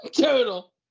Total